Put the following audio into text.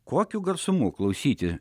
kokiu garsumu klausyti